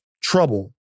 trouble